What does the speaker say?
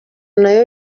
nayo